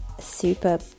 super